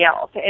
else